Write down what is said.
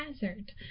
hazard